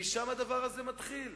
כי נדמה לי שהוא השר לענייני מודיעין.